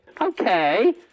Okay